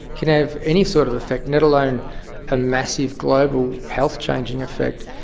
can have any sort of effect, let alone a massive global health changing effect.